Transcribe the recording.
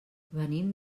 venim